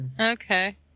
Okay